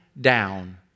Down